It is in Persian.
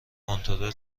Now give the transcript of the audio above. کنترل